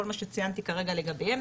כל מה שציינתי כרגע לגביהם.